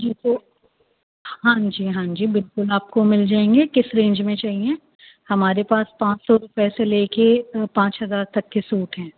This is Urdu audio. ہاں جی ہاں جی بالکل آپ کو مل جائیں گے کس رینج میں چاہیے ہمارے پاس پانچ سو روپے سے لے کے پانچ ہزار تک کے سوٹ ہیں